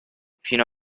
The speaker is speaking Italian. fino